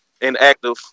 inactive